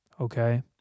Okay